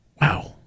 Wow